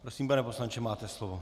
Prosím, pane poslanče, máte slovo.